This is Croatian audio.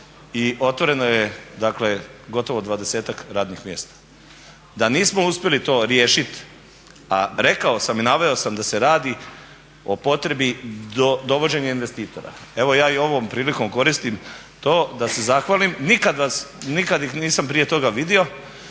i otvoreno je gotovo 20-ak radnih mjesta. Da nismo uspjeli to riješit, a rekao sam i naveo sam da se radi o potrebi dovođenja investitora, evo ja i ovom prilikom koristim to da se zahvalim. Nikad ih nisam prije toga vidio